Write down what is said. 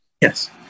Yes